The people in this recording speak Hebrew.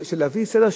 להביא סדר,